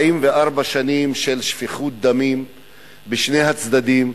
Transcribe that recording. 44 שנים של שפיכות דמים בשני הצדדים.